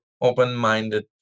open-minded